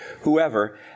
whoever